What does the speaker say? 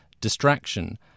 distraction